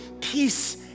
peace